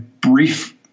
brief